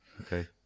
okay